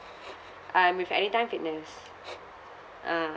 I'm with Anytime Fitness ah